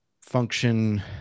function